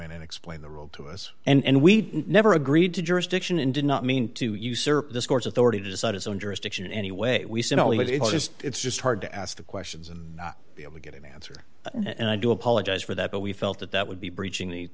in and explain the rule to us and we never agreed to jurisdiction and did not mean to usurp this court's authority to decide its own jurisdiction in any way we said only that it's just it's just hard to ask the questions and not be able to get an answer and i do apologize for that but we felt that that would be breaching the